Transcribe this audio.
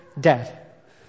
debt